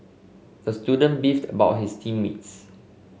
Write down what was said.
the student beefed about his team mates